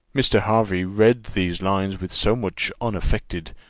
mr. hervey read these lines with so much unaffected,